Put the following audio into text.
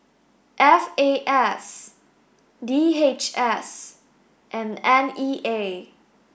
F A S D H S and N E A